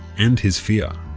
and his fear.